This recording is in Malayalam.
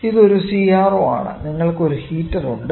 ഇതൊരു CRO ആണ് നിങ്ങൾക്ക് ഒരു ഹീറ്റർ ഉണ്ട്